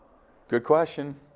good question.